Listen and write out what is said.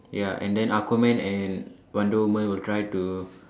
ya and then Aquaman and wonder women will try to